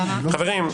למה?